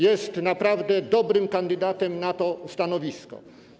Jest naprawdę dobrym kandydatem na to stanowisko.